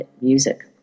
music